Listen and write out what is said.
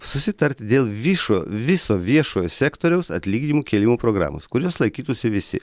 susitarti dėl višo viso viešojo sektoriaus atlyginimų kėlimo programos kurios laikytųsi visi